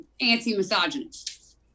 anti-misogynist